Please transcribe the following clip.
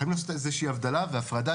חייבים לעשות איזו שהיא הבדלה והפרדה